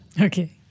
okay